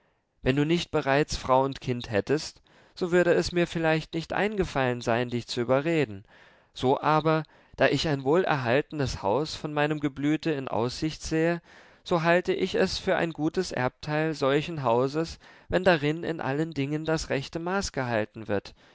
wenn du nicht bereits frau und kind hättest so würde es mir vielleicht nicht eingefallen sein dich zu überreden so aber da ich ein wohlerhaltenes haus von meinem geblüte in aussicht sehe so halte ich es für ein gutes erbteil solchen hauses wenn darin in allen dingen das rechte maß gehalten wird